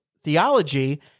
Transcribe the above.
theology